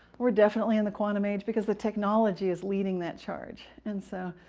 we're definitely in the quantum age because the technology is leading that charge. and so,